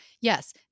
Yes